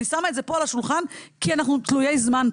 אני שמה את זה פה על השולחן כי אנחנו תלויי זמן פה,